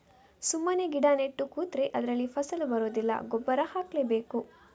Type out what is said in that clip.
ಸುಮ್ಮನೆ ಗಿಡ ನೆಟ್ಟು ಕೂತ್ರೆ ಅದ್ರಲ್ಲಿ ಫಸಲು ಬರುದಿಲ್ಲ ಗೊಬ್ಬರ ಹಾಕ್ಲೇ ಬೇಕು